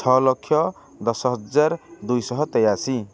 ଛଅ ଲକ୍ଷ ଦଶ ହଜାର ଦୁଇଶହ ତେୟାଶୀ